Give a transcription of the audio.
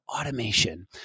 automation